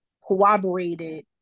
cooperated